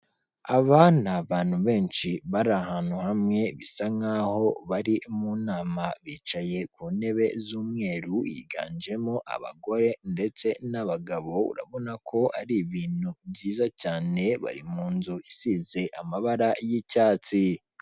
Aba ni abantu benshi bari ahantu hamwe bisa nkaho bari mu nama bicaye ku ntebe z'umweru yiganjemo abagore ndetse n'abagabo urabona ko ari ibintu byiza cyane bari mu nzu isize amabara y'icyatsi.